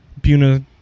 Buna